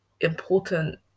important